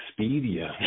Expedia